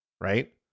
right